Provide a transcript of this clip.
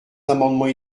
amendements